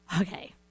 Okay